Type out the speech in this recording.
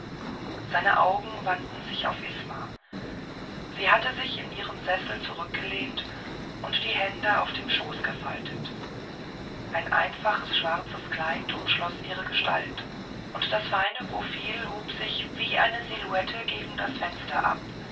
seine augen wandten sich auf isma sie hatte sich in ihrem sessel zurückgelehnt und die hände auf dem schoß gefaltet ein einfaches schwarzes kleid umschloß ihre gestalt und das feine profil hob sich wie eine silhouette gegen das fenster ab